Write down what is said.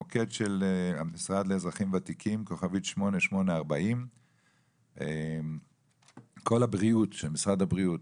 המוקד של המשרד לאזרחים ותיקים 8840*. קול הבריאות של משרד הבריאות